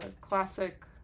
Classic